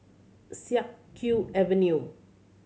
Siak Kew Avenue